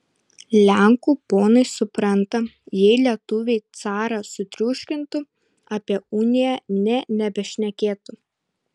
lenkų ponai supranta jei lietuviai carą sutriuškintų apie uniją nė nebešnekėtų